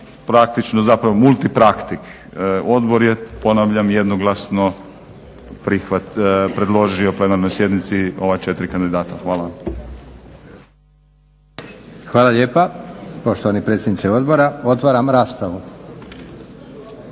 Praktično zapravo multipraktik. Odbor je ponavljam, jednoglasno predložio plenarnoj sjednici ova četiri kandidata. Hvala. **Leko, Josip (SDP)** Hvala lijepa poštovani predsjedniče Odbora. Otvaram raspravu.